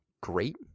great